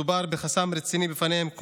מדובר בחסמים רציניים בפניהם,